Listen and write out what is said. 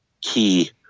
key